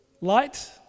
Light